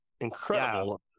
incredible